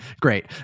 Great